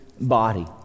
body